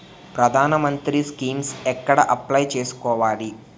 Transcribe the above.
ప్రధాన మంత్రి స్కీమ్స్ ఎక్కడ అప్లయ్ చేసుకోవాలి?